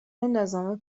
نظام